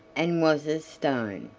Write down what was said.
and was a stone.